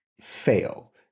fail